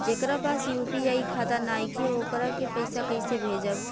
जेकरा पास यू.पी.आई खाता नाईखे वोकरा के पईसा कईसे भेजब?